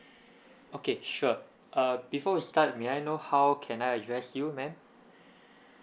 okay sure uh before we start may I know how can I address you ma'am